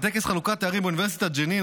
בטקס חלוקת תארים באוניברסיטת ג'נין,